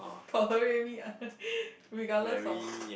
tolerate me ah regardless of